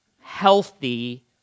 healthy